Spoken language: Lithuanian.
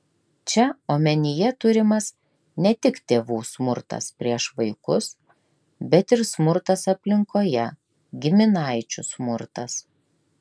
čia omenyje turimas ne tik tėvų smurtas prieš vaikus bet ir smurtas aplinkoje giminaičių smurtas